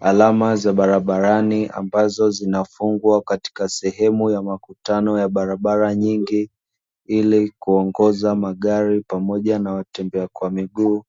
Alama za barabarani ambazo zinafungwa katika sehemu ya makutano ya barabara nyingi, ili kuongoza magari pamoja na watembea kwa miguu